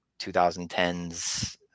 2010s